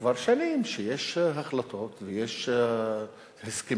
כבר שנים שיש החלטות ויש הסכמים